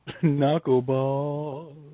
Knuckleball